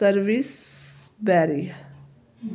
service berry